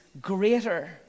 greater